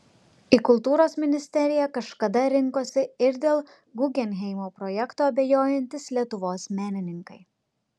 į kultūros ministeriją kažkada rinkosi ir dėl guggenheimo projekto abejojantys lietuvos menininkai